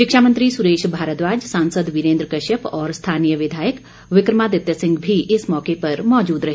शिक्षामंत्री सुरेश भारद्वाज सांसद वीरेन्द्र कश्यप और स्थानीय विधायक विक्रमादित्य सिंह भी इस मौके पर मौजूद रहे